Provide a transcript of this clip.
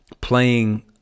playing